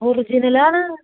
ഒറിജിനലാണ്